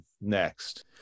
next